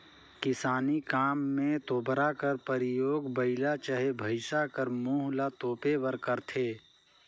किसानी काम मे तोबरा कर परियोग बइला चहे भइसा कर मुंह ल तोपे बर करथे